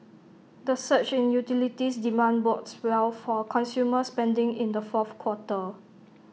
the surge in utilities demand bodes well for consumer spending in the fourth quarter